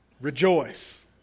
rejoice